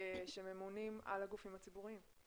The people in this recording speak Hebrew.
שממונים על הגופים הציבוריים.